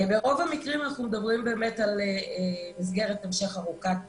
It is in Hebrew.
ברוב המקרים אנחנו מדברים על מסגרת המשך ארוכת טווח.